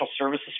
services